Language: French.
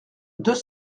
deux